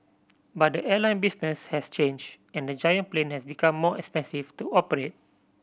but the airline business has changed and the giant plane has become more expensive to operate